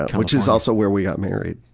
which is also where we got married.